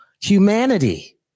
humanity